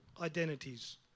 identities